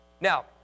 Now